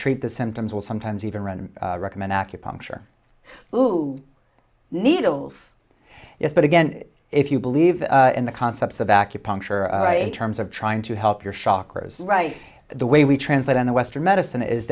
treat the symptoms will sometimes even run recommend acupuncture who needles but again if you believe in the concepts of acupuncture or terms of trying to help your shockers right the way we translate in the western medicine is